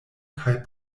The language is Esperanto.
kaj